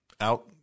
out